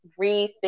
rethink